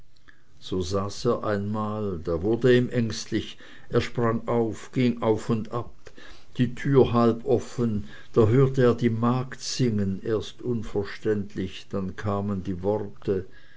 so saß er einmal da wurde ihm ängstlich er sprang auf ging auf und ab die tür halb offen da hörte er die magd singen erst unverständlich dann kamen die worte